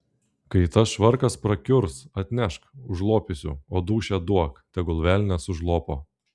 kai tas švarkas prakiurs atnešk užlopysiu o dūšią duok tegul velnias užlopo